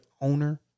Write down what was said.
owner